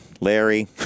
Larry